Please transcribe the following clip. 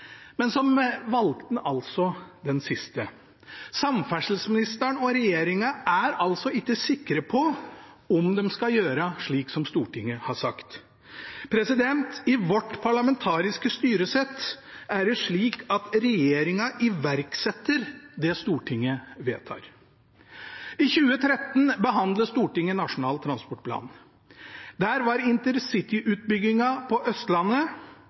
men så valgte han den siste. Samferdselsministeren og regjeringen er altså ikke sikre på om de skal gjøre slik som Stortinget har sagt. I vårt parlamentariske styresett er det slik at regjeringen iverksetter det som Stortinget vedtar. I 2013 behandlet Stortinget Nasjonal transportplan. Der var InterCity-utbyggingen på Østlandet